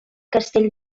castell